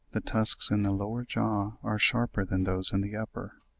the tusks in the lower jaw are sharper than those in the upper,